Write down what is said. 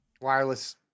Wireless